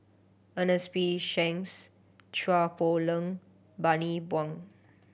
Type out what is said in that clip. Ernest P Shanks Chua Poh Leng Bani Buang